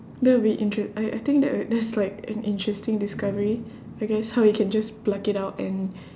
that would be intere~ I I think that would that's like an interesting discovery I guess how you can just pluck it out and